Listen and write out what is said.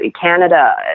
Canada